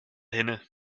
hinne